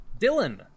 Dylan